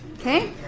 okay